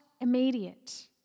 immediate